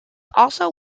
also